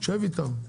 שב איתם.